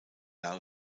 now